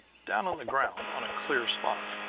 down on the ground, on a clear spot,